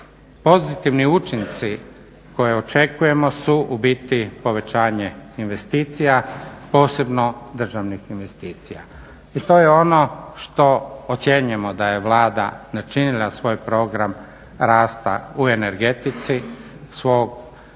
Pozitivni učinci koje očekujemo su ubiti povećanje investicija, posebno državnih investicija. I to je ono što ocjenjujemo da je Vlada načinila svoj program rasta u energetici, svog